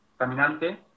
Caminante